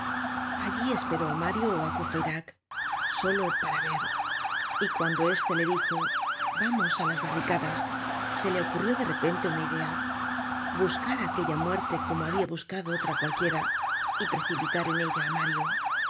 allí esperó á mario ó á courfeyracsolo para ver y cuando este le dijo vamos á las barricadas se le ocurrió de repente una idea buscar aquella muerte como habia buscado otra cualquiera y precipitar en ella á mario